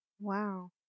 Wow